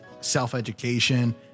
self-education